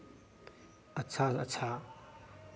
अच्छा अच्छा